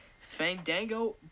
Fandango